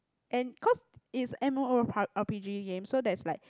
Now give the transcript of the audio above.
and because it's M_O O R R_P_G game so that's like